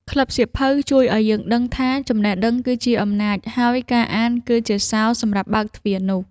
ក្លឹបសៀវភៅជួយឱ្យយើងដឹងថា ចំណេះដឹងគឺជាអំណាច ហើយការអានគឺជាសោសម្រាប់បើកទ្វារនោះ។